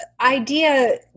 idea